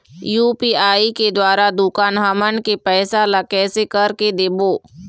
UPI के द्वारा दुकान हमन के पैसा ला कैसे कर के देबो?